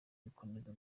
gukomeza